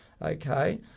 Okay